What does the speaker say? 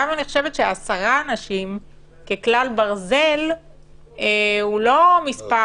גם המספר של 10 אנשים הוא לא מספר